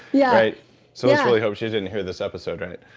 yeah so let's really hope she didn't hear this episode, right?